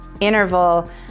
interval